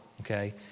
Okay